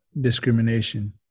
discrimination